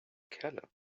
keller